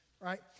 right